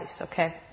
okay